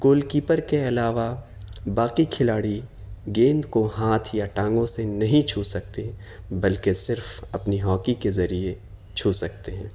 goal keeper کے علاوہ باقی کھلاڑی گیند کو ہاتھ یا ٹانگوں سے نہیں چھو سکتے بلکہ صرف اپنی ہاکی کے ذریعے چھو سکتے ہیں